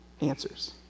answers